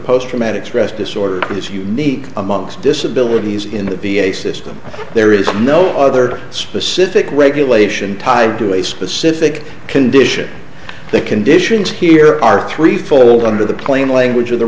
post traumatic stress disorder is unique amongst disabilities in the v a system there is no other specific regulation tied to a specific condition the conditions here are three fold under the plain language of the